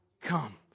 come